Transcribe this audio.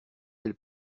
elle